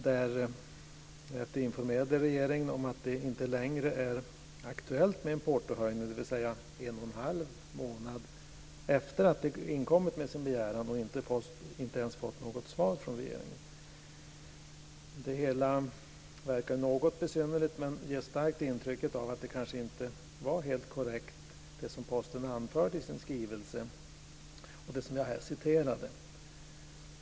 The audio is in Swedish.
Därefter informerade regeringen om att det inte längre är aktuellt med en portohöjning. Det var alltså en och en halv månad efter det att de inkommit med sin begäran, och de hade inte ens fått något svar från regeringen. Det hela verkar något besynnerligt men ger starkt intryck av att det som Posten anförde i sin skrivelse och som jag här citerade kanske inte var helt korrekt.